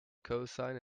cosine